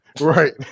Right